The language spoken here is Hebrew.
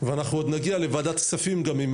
ואנחנו עוד נגיע לוועדת כספים גם עם